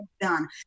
done